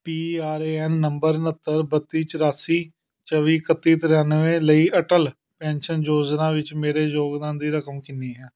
P R A N number ਉਣੱਤਰ ਬੱਤੀ ਚੁਰਾਸੀ ਚੌਵੀ ਇਕੱਤੀ ਤਰਾਨਵੇਂ ਲਈ ਅਟਲ ਪੈਨਸ਼ਨ ਯੋਜਨਾ ਵਿੱਚ ਮੇਰੇ ਯੋਗਦਾਨ ਦੀ ਰਕਮ ਕਿੰਨੀ ਹੈ